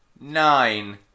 Nine